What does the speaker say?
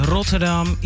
Rotterdam